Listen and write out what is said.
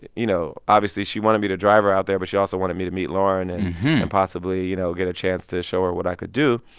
you know, obviously, she wanted me to drive her out there, but she also wanted me to meet lauryn and and possibly, you know, get a chance to show her what i could do.